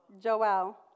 Joel